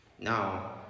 now